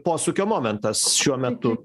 posūkio momentas šiuo metu